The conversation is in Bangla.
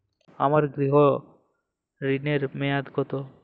আমার গৃহ ঋণের মেয়াদ কত?